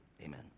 amen